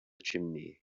chimney